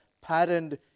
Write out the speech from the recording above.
patterned